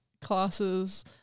classes